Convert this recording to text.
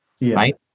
right